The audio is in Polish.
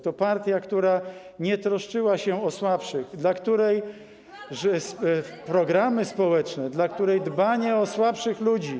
To partia, która nie troszczyła się o słabszych, dla której programy społeczne, dla której dbanie o słabszych ludzi.